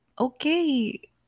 okay